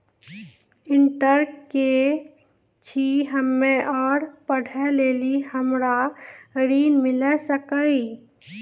Inter केल छी हम्मे और पढ़े लेली हमरा ऋण मिल सकाई?